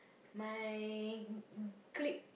my clique